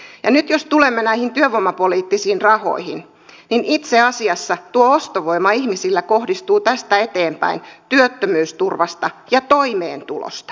ja nyt jos tulemme näihin työvoimapoliittisiin rahoihin niin itse asiassa tuo ostovoima ihmisillä koostuu tästä eteenpäin työttömyysturvasta ja toimeentulotuesta